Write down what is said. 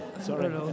Sorry